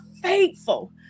faithful